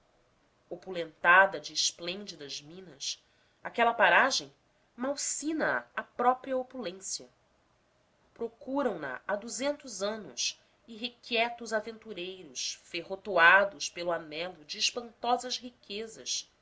opulentada de esplêndidas minas aquela paragem malsina a a própria opulência procuram na há duzentos anos irrequietos aventureiros ferrotoados pelo anelo de espantosas riquezas